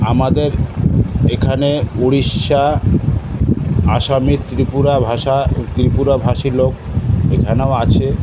আমাদের এখানে উড়িষ্যা আসামি ত্রিপুরা ভাষা ত্রিপুরাভাষী লোক এখানেও আছে